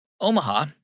Omaha